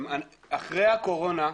אחרי הקורונה,